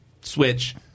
switch